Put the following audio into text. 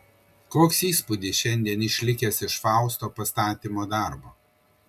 koks įspūdis šiandien išlikęs iš fausto pastatymo darbo